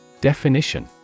Definition